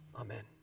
Amen